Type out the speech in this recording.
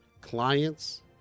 Clients